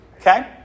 Okay